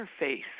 interface